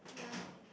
ya